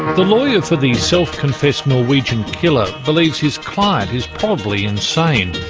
the lawyer for the self-confessed norwegian killer believes his client is probably insane.